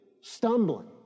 stumbling